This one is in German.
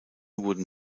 wurden